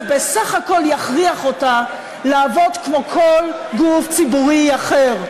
זה בסך הכול יכריח אותה לעבוד כמו כל גוף ציבורי אחר,